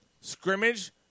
Scrimmage